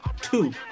two